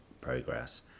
progress